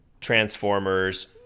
Transformers